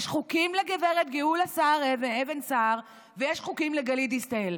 יש חוקים לגב' גאולה אבן סער ויש חוקים לגלית דיסטל.